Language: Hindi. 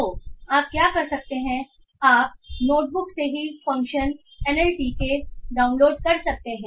तो आप क्या कर सकते हैं आप नोटबुक से ही फ़ंक्शन एनएलटीके डाउनलोड कर सकते हैं